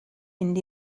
mynd